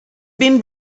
been